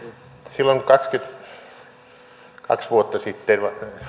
silloin kaksikymmentäkaksi vuotta sitten